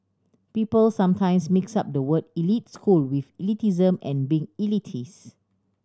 people sometimes mix up the word elite school with elitism and being elitist